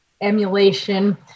emulation